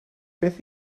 beth